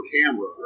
camera